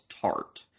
tart